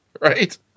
right